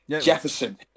Jefferson